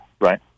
right